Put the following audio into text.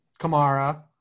Kamara